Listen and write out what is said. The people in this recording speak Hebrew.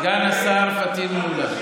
סגן השר פטין מולא,